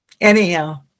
Anyhow